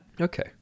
Okay